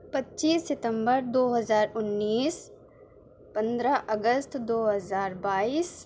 پچیس ستمبر دو ہزار انیس پندرہ اگست دو ہزار بائیس